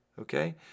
okay